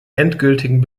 endgültigen